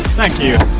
thank you